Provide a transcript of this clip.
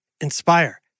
inspire